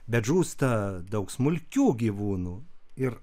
bet žūsta daug smulkių gyvūnų ir